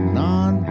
non